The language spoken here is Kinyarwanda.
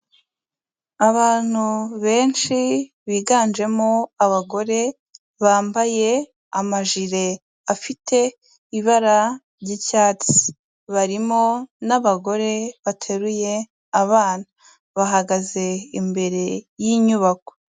Abantu benshi biganjemo abagore, bambaye amajire afite ibara ry'icyatsi, barimo n'abagore bateruye abana, bahagaze imbere y'inyubako.